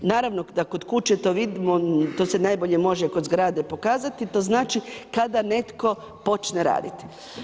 Naravno da kod kuće to vidimo, to se najbolje može kod zgrade pokazati, to znači kada netko počne raditi.